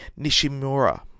Nishimura